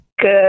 Good